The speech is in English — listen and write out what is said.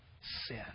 sin